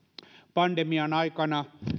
pandemian aikana